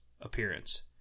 appearance